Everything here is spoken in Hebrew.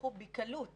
יהפכו בקלות